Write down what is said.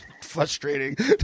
frustrating